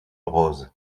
rose